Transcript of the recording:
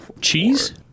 Cheese